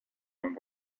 and